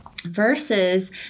Versus